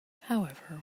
however